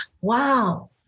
wow